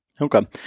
Okay